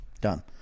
Done